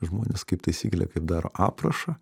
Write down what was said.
žmonės kaip taisyklė kai daro aprašą